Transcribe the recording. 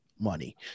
money